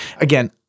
Again